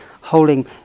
holding